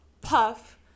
puff